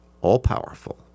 all-powerful